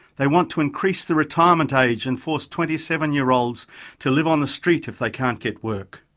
they want to increase the retirement age and force twenty seven year olds to live on the street if they can't get work.